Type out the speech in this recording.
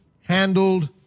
handled